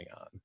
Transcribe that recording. on